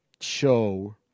show